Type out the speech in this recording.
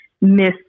miss